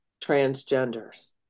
transgenders